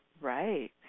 right